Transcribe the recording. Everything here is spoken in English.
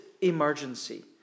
emergency